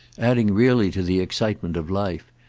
adding really to the excitement of life,